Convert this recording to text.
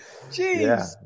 Jeez